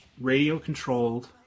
radio-controlled